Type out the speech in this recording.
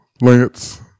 lance